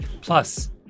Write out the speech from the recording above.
Plus